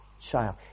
child